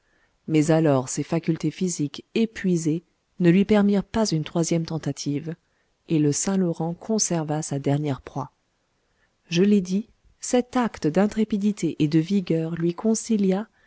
mais alors ses facultés physiques épuisées ne lui permirent pas une troisième tentative et le saint-laurent conserva sa dernière proie je l'ai dit cet acte d'intrépidité et de vigueur lui concilia